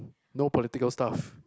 no political stuff